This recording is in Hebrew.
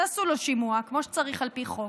תעשו לו שימוע כמו שצריך על פי חוק